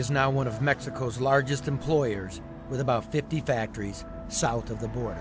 is now one of mexico's largest employers with about fifty factories south of the bo